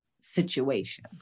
situation